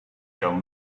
gum